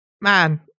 man